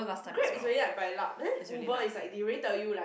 Grab is really like by luck but then Uber is like they already tell you like